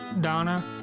Donna